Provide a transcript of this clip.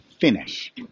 Finish